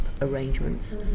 arrangements